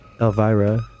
elvira